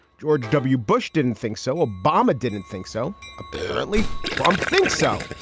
george w. bush didn't think so. obama didn't think so. apparently, trump thinks so.